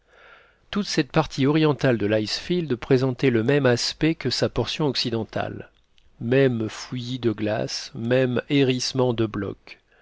toute cette partie orientale de l'icefield présentait le même aspect que sa portion occidentale même fouillis de glaces même hérissement de blocs